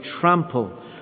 trample